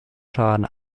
schaden